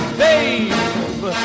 babe